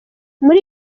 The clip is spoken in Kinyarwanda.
muri